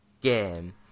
game